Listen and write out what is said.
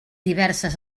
diverses